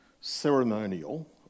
ceremonial